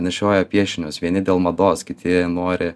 nešioja piešinius vieni dėl mados kiti nori